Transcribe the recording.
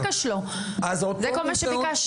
תעודת הכשר; אפשר לבקר בהם,